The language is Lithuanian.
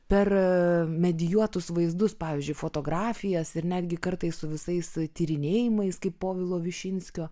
per medijuotus vaizdus pavyzdžiui fotografijas ir netgi kartais su visais tyrinėjimais kaip povilo višinskio